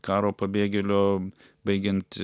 karo pabėgėlio baigiant